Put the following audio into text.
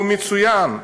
הוא מצוין,